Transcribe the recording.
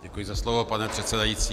Děkuji za slovo, pane předsedající.